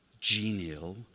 genial